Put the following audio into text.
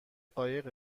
قایق